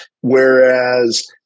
whereas